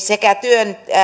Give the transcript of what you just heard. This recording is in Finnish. sekä